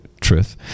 truth